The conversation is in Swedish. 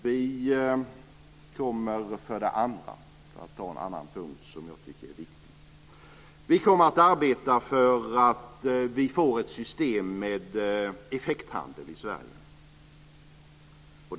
Vi kommer för det andra, för att ta en annan punkt som jag tycker är viktig, att arbeta för att vi ska få ett system med effekthandel i Sverige.